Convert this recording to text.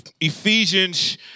Ephesians